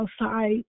outside